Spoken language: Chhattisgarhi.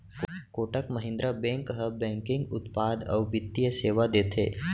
कोटक महिंद्रा बेंक ह बैंकिंग उत्पाद अउ बित्तीय सेवा देथे